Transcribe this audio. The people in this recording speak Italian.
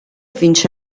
vince